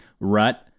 rut